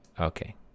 Okay